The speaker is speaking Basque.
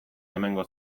hemengo